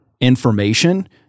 information